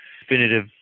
definitive